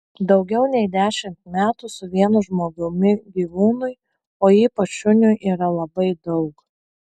daugiau nei dešimt metų su vienu žmogumi gyvūnui o ypač šuniui yra labai daug